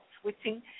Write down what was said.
switching